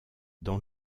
dans